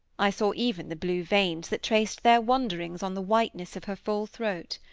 i saw even the blue veins that traced their wanderings on the whiteness of her full throat.